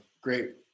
great